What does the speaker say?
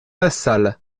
lassalle